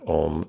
om